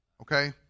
okay